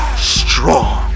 strong